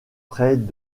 près